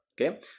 okay